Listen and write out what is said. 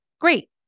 Great